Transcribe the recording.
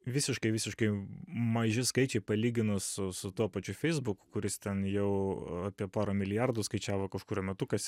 visiškai visiškai maži skaičiai palyginus su su tuo pačiu feisbuku kuris ten jau apie porą milijardų skaičiavo kažkuriuo metu kas